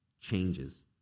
changes